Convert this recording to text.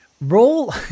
roll